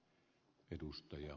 arvoisa puhemies